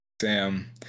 Sam